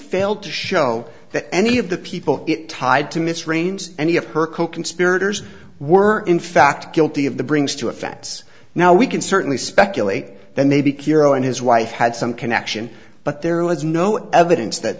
failed to show that any of the people it tied to miss raines any of her coconspirators were in fact guilty of the brings to a facts now we can certainly speculate that maybe kiro and his wife had some connection but there was no evidence that